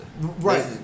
Right